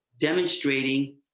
demonstrating